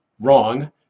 wrong